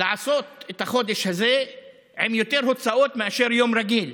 לעשות את החודש הזה עם יותר הוצאות מאשר כרגיל.